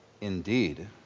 indeed